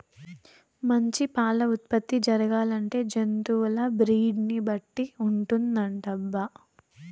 మంచి పాల ఉత్పత్తి జరగాలంటే జంతువుల బ్రీడ్ ని బట్టి ఉంటుందటబ్బా